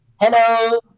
Hello